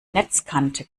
netzkante